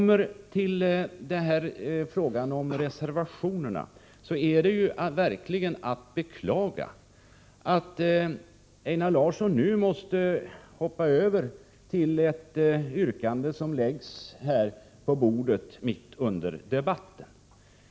Beträffande frågan om reservationerna är det verkligen beklagligt att Einar Larsson nu måste hoppa över till ett yrkande som framläggs mitt under debatten.